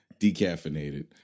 decaffeinated